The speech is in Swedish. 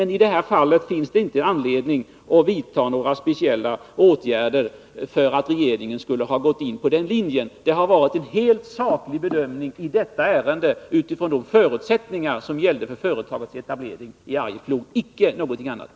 I det här fallet finns det emellertid inte anledning att vidta några speciella åtgärder. Det har varit en helt saklig bedömning i detta ärende med tanke på de förutsättningar som gäller för företagsetablering i Arjeplog, icke någonting annat.